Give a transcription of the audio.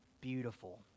beautiful